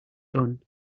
done